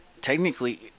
technically